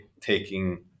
taking